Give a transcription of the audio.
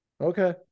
Okay